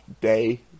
day